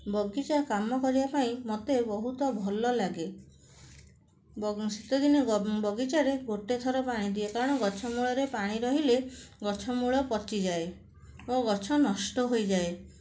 ବଗିଚା କାମ କରିବା ପାଇଁ ମୋତେ ବହୁତ ଭଲ ଲାଗେ ବ ଶୀତଦିନେ ବଗିଚାରେ ଗୋଟେ ଥର ପାଣି ଦିଏ କାରଣ ଗଛମୂଳରେ ପାଣି ରହିଲେ ଗଛମୂଳ ପଚିଯାଏ ଓ ଗଛ ନଷ୍ଟ ହୋଇଯାଏ